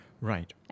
Right